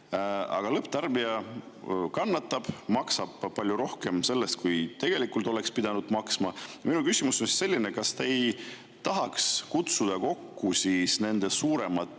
Aga lõpptarbija kannatab, maksab palju rohkem, kui tegelikult peaks maksma. Minu küsimus on selline: kas te ei tahaks kutsuda kokku nende suuremate